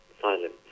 silent